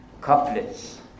couplets